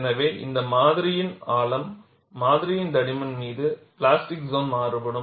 எனவே இது மாதிரியின் ஆழம் மாதிரியின் தடிமன் மீது பிளாஸ்டிக் சோன் மாறுபடும்